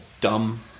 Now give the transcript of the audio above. dumb